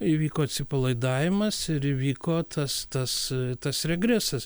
įvyko atsipalaidavimas ir įvyko tas tas tas regresas